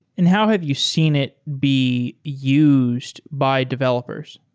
and how have you seen it be used by developers?